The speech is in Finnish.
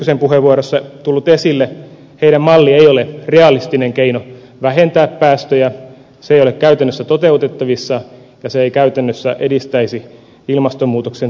tynkkysen puheenvuorossa tullut esille heidän mallinsa ei ole realistinen keino vähentää päästöjä se ei ole käytännössä toteutettavissa ja se ei käytännössä edistäisi ilmastonmuutoksen torjuntaa